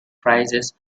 prices